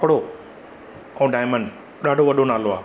कपिड़ो और डायमंड ॾाढो वॾो नालो आहे